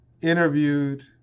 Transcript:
interviewed